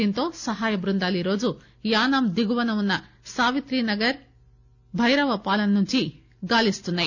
దీంతో సహాయ బృందాలు ఈరోజు యానాం దిగువున సావిత్రి నగర్ బైరవపాలెం నుంచి గాలిస్తున్నాయి